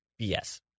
BS